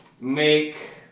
make